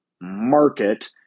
market